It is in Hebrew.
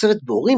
בתוספת ביאורים,